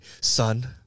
son